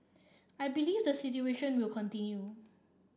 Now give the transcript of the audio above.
I believe the situation will continue